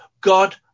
God